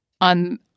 on